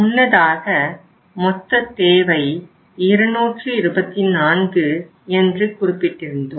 முன்னதாக மொத்த தேவை 224 என்று குறிப்பிட்டிருந்தோம்